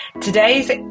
Today's